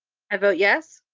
i vote yes.